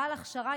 בעל הכשרה,